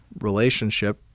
relationship